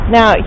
Now